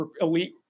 elite